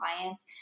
clients